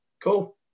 Cool